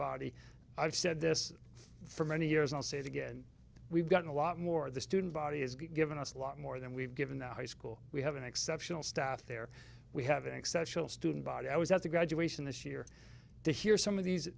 body i've said this for many years i'll say it again we've gotten a lot more the student body has given us a lot more than we've given the high school we have an exceptional stuff there we have an exceptional student body i was at the graduation this year to hear some of these